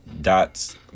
dots